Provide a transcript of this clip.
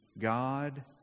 God